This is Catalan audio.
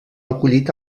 acollit